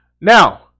Now